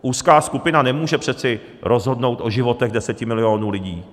Úzká skupina nemůže přece rozhodnout o životech deseti milionů lidí.